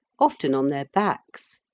often on their backs.